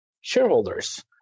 shareholders